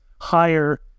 higher